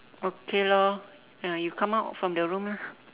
okay lor ya you come out from the room lah